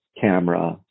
camera